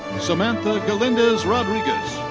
samantha galindez rodriguez.